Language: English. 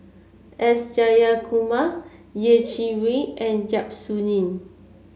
S Jayakumar Yeh Chi Wei and Yap Su Yin